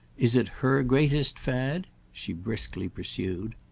is it her greatest fad? she briskly pursued.